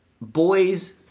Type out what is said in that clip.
boys